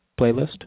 playlist